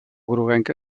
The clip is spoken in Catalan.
groguenca